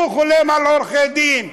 הוא חולם על עורכי דין,